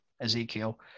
Ezekiel